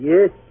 Yes